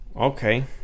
Okay